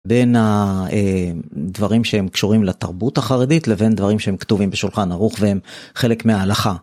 בין הדברים שהם קשורים לתרבות החרדית, לבין דברים שהם כתובים בשולחן ארוך והם חלק מההלכה.